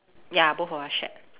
ya both of us shared